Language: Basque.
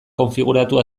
konfiguratu